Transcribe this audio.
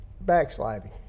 Backsliding